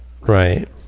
Right